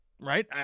right